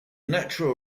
natural